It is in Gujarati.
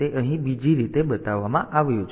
તેથી તે અહીં બીજી રીતે બતાવવામાં આવ્યું છે